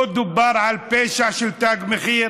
לא דובר על פשע של תג מחיר.